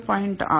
6